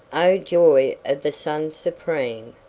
oh, joy of the sun supreme,